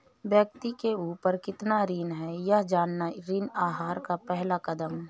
व्यक्ति के ऊपर कितना ऋण है यह जानना ऋण आहार का पहला कदम है